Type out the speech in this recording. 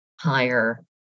higher